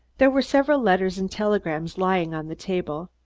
there were several letters and telegrams lying on the table.